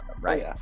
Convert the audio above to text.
Right